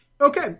Okay